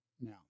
Now